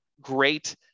great